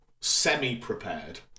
semi-prepared